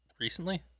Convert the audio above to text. recently